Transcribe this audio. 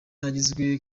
yagizwe